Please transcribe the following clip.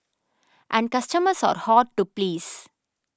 and customers are hard to please